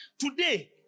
Today